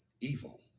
evil